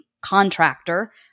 contractor